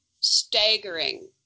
staggering